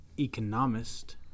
Economist